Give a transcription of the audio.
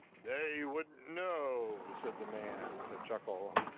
they wouldn't know, said the man with a chuckle.